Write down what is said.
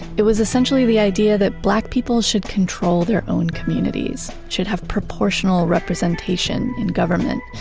it was essentially the idea that black people should control their own communities, should have proportional representation in government.